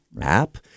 app